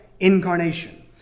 incarnation